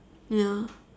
ya